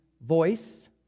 voice